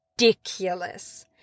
ridiculous